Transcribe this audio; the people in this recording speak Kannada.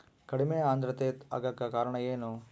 ಕಡಿಮೆ ಆಂದ್ರತೆ ಆಗಕ ಕಾರಣ ಏನು?